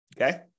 Okay